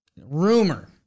Rumor